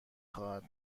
خواهد